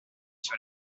sur